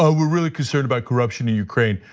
ah we're really concerned about corruption in ukraine.